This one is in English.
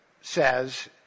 says